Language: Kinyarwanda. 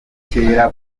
kera